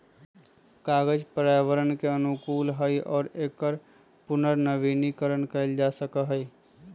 कागज पर्यावरण के अनुकूल हई और एकरा पुनर्नवीनीकरण कइल जा सका हई